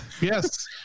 Yes